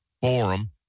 forum